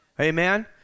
Amen